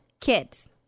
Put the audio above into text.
kids